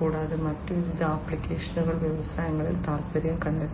കൂടാതെ മറ്റ് വിവിധ ആപ്ലിക്കേഷനുകൾ വ്യവസായങ്ങളിൽ താൽപ്പര്യം കണ്ടെത്തി